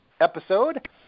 episode